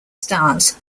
stars